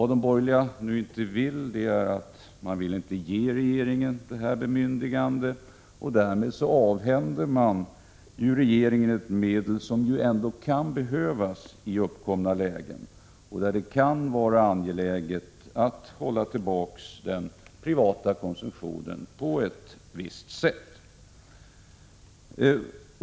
De borgerliga vill inte ge regeringen detta bemyndigande och avhänder den därmed ett medel som ändå kan behövas i särskilda lägen, då det kan vara angeläget att hålla tillbaka den privata konsumtionen på ett visst sätt.